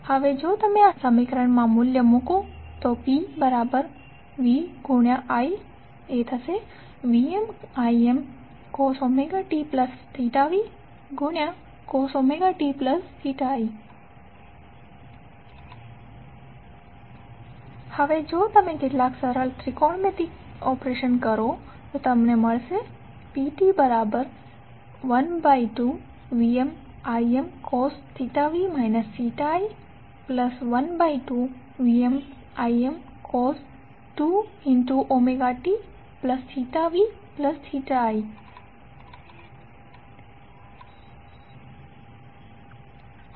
હવે જો તમે આ મૂલ્યને સમીકરણમાં મૂકો તો ptvtitVmImcos tv cos ti હવે જો તમે કેટલાક સરળ ત્રિકોણમિતિ ઓપેરશન કરો તો તમને pt12VmImcos v i 12VmImcos 2tvi મળશે